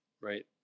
right